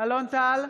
אלון טל,